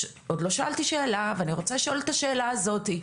עוד לא שאלתי שאלה ואני רוצה לשאול את השאלה הזאת,